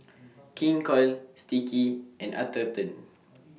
King Koil Sticky and Atherton